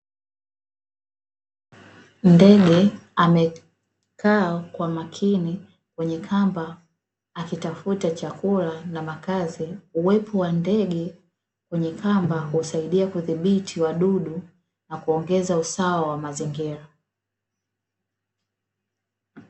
Ndege amekaa kwa makini kwenye kamba akitafuta chakula na makazi. Uwepo wa ndege kwenye kamba husaidia kudhibiti wadudu, na kuongeza usawa wa mazingira.